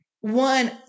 one